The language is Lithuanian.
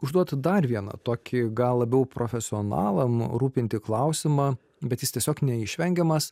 užduoti dar vieną tokį gal labiau profesionalam rūpintį klausimą bet jis tiesiog neišvengiamas